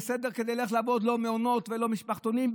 לא מעונות ולא משפחתונים,